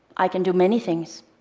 i can do many things.